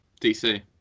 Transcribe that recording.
DC